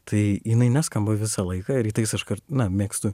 tai jinai neskamba visą laiką rytais aš kar na mėgstu